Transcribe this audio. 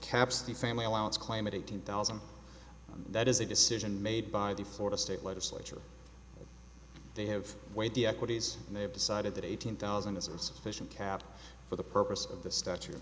the family allowance climate eighteen thousand that is a decision made by the florida state legislature they have weighed the equities and they have decided that eighteen thousand is a sufficient cap for the purpose of the statu